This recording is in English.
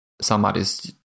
somebody's